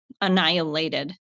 annihilated